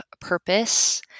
purpose